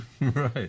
Right